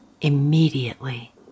immediately